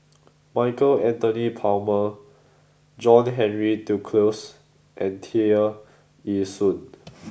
Michael Anthony Palmer John Henry Duclos and Tear Ee Soon